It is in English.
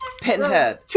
Pinhead